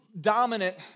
dominant